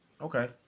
okay